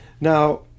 Now